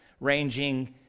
ranging